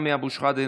סמי אבו שחאדה,